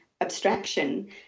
abstraction